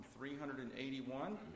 381